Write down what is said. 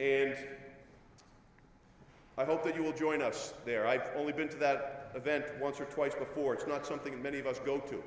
and i hope that you will join us there i've only been to that event once or twice before it's not something many of us go to